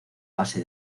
base